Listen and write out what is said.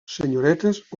senyoretes